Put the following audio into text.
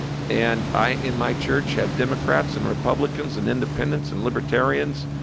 and i, in my church, have democrats and republicans and independents and libertarians,